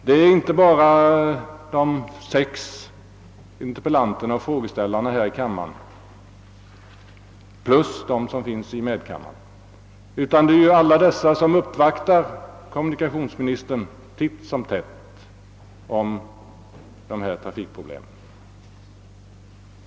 Det är inte bara de sex interpellanterna och frågeställarna här i kammaren jämte de som finns i medkammaren det här gäller utan också alla uppvaktningar hos kommunikationsministern titt och tätt om dessa trafikproblem.